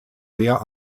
sehr